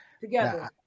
together